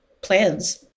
plans